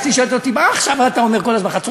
אשתי שואלת אותי: מה כל הזמן אתה אומר חצור-הגלילית,